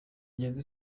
ngenzi